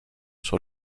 sur